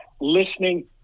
listening